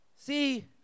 See